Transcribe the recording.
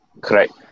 Correct